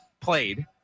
played